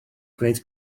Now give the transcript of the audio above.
gwneud